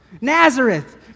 Nazareth